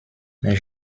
mais